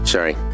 Sorry